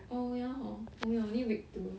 oh ya hor oh ya only week two